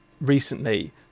recently